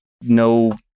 no